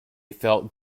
felt